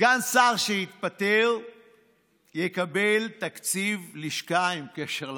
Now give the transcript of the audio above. סגן שר שהתפטר יקבל תקציב לשכה עם קשר לבוחר.